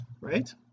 right